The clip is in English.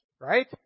right